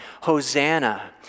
Hosanna